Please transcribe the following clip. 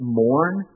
mourn